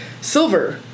silver